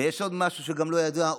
אבל יש עוד משהו שלא ידוע,